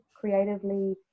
creatively